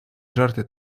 жарти